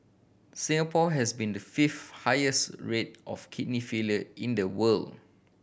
Singapore has been the fifth highest rate of kidney failure in the world